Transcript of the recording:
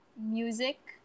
music